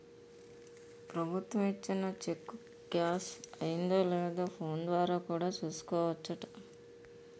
ప్రభుత్వం ఇచ్చిన cheque cash అయిందో లేదో ఫోన్ ద్వారా కూడా చూసుకోవచ్చట